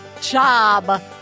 job